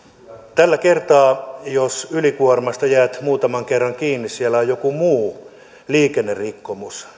tällä hetkellä jos ylikuormasta jäät muutaman kerran kiinni ja siellä on joku muu liikennerikkomus